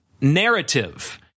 narrative